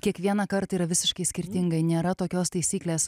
kiekvienąkart yra visiškai skirtingai nėra tokios taisyklės